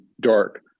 dark